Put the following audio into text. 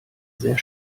sehr